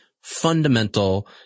fundamental